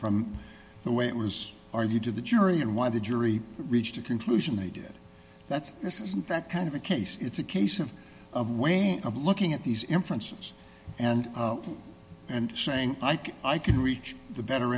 from the way it was argued to the jury and why the jury reached the conclusion they did that's this isn't that kind of a case it's a case of a way of looking at these inferences and and saying i think i can reach the better